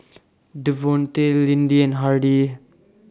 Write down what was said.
Devonte Lindy and Hardie